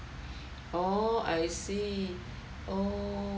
oh I see oh